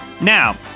Now